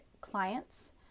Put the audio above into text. clients